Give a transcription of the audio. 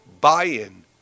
buy-in